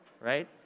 right